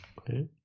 Okay